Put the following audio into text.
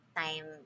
time